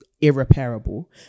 irreparable